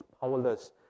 powerless